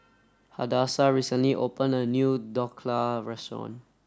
Hadassah recently opened a new Dhokla restaurant